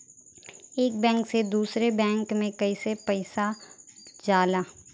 एक बैंक से दूसरे बैंक में कैसे पैसा जाला?